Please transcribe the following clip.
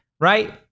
right